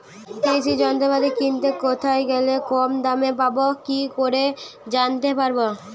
কৃষি যন্ত্রপাতি কিনতে কোথায় গেলে কম দামে পাব কি করে জানতে পারব?